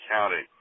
County